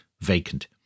vacant